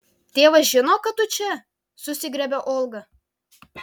tėvas žino kad tu čia susigriebia olga